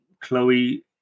Chloe